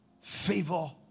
favor